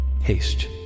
haste